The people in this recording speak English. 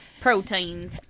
proteins